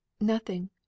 Nothing